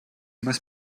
must